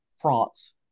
France